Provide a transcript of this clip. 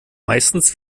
meistens